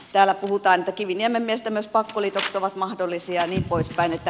täällä puhutaan että kiviniemen mielestä myös pakkoliitokset ovat mahdollisia jnp